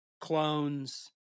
clones